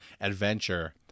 adventure